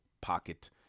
pocket